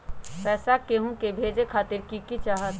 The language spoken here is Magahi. पैसा के हु के भेजे खातीर की की चाहत?